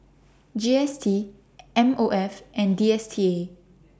G S T M O F and D S T A